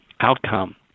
outcome